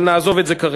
אבל נעזוב את זה כרגע.